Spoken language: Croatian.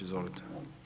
Izvolite.